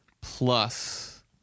plus